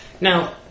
Now